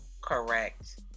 correct